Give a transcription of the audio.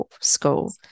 school